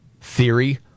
theory